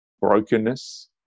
brokenness